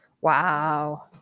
Wow